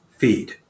Feed